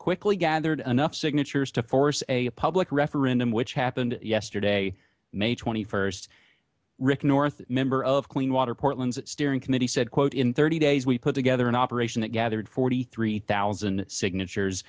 quickly gathered enough signatures to force a public referendum which happened yesterday may twenty first rick north member of clean water portland's steering committee said quote in thirty days we put together an operation that gathered forty three thousand signatures